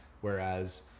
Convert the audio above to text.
Whereas